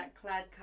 clad